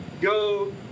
go